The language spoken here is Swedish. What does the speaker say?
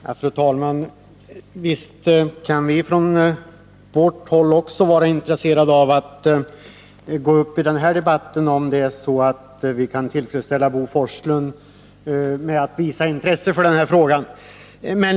bostadsrättslägen Fru talman! Visst kan vi från vårt håll också gå upp i denna debatt, om vi — heter kan tillfredsställa Bo Forslund genom att visa intresse för denna fråga.